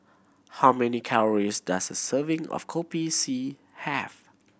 how many calories does a serving of Kopi C have